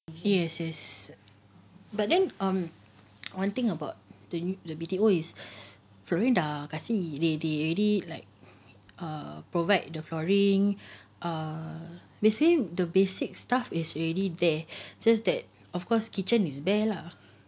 yes yes but then um one thing about the the B_T_O is florida kasi ready ready like err provide the flooring err basically the basic stuff is already there just that of course kitchen is bare lah